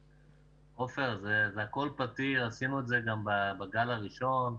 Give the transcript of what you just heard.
עפר, זה הכול פתיר, עשינו את זה גם בגל הראשון.